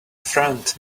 friend